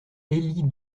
élie